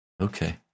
Okay